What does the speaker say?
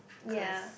ya